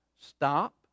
stop